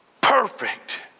perfect